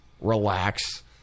Relax